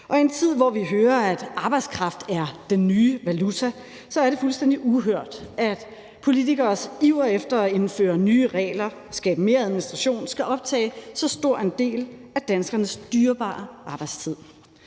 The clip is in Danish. Og i en tid, hvor vi hører, at arbejdskraft er den nye valuta, er det fuldstændig uhørt, at politikeres iver efter at indføre nye regler og skabe mere administration skal optage en så stor del af danskernes dyrebare arbejdstid.